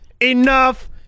Enough